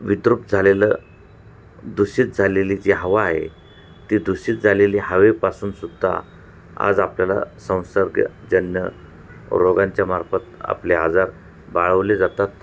विद्रुप झालेलं दूषित झालेली जी हवा आहे ती दूषित झालेली हवेपासून सुद्धा आज आपल्याला संसर्गजन्य रोगांच्यामार्फत आपले आजार बळावले जातात